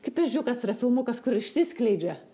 kaip ežiukas yra filmukas kur išsiskleidžia